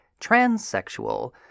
transsexual